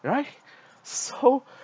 right so